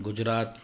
Gujarat